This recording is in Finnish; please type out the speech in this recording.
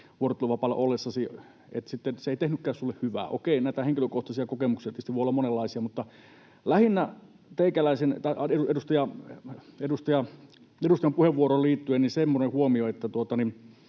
vuorotteluvapaalla ollessasi se ei tehnytkään sinulle hyvää. Okei, näitä henkilökohtaisia kokemuksia tietysti voi olla monenlaisia. Mutta edustajan puheenvuoroon liittyen lähinnä semmoinen huomio, että